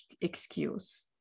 excuse